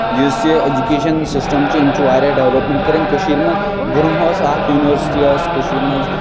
یُس یہِ education system چھُ أمۍ چھُ واریاہ ڈیولپمینٹ کٔر أمۍ کٔشیٖر منٛز برونٛہہ اوس اکھ یُنورسٹی ٲس کٔشیٖر منٛز